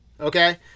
okay